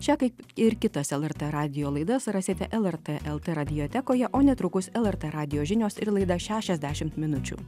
šią kaip ir kitas lrt radijo laidas rasite lrt lt radiotekoje o netrukus lrt radijo žinios ir laida šešiasdešimt minučių